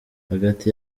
hagati